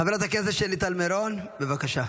חברת הכנסת שלי טל מירון, בבקשה.